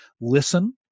listen